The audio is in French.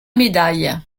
médailles